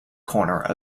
corner